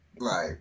Right